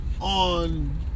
on